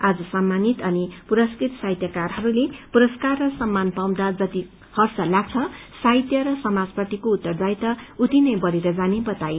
आज सम्मानित अनि पुरस्कृत साहित्यकारहरूले पुरस्कार र सम्मान पाउँदा जति हर्ष लाग्छ साहित्य र समाजप्रतिको उत्तरदायित्व उति नै बढ़ेर जाने बताए